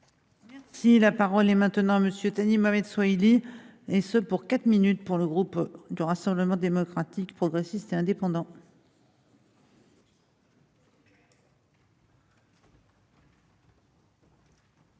Si la parole est maintenant Monsieur Thani Mohamed Soihili et ce pour quatre minutes pour le groupe du Rassemblement démocratique progressiste et indépendant.